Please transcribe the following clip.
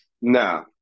No